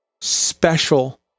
special